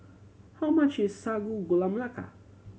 how much is Sago Gula Melaka